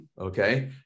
okay